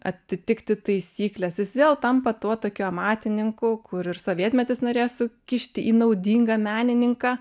atitikti taisykles jis vėl tampa tuo tokiu amatininku kur ir sovietmetis norėsiu kišti į naudingą menininką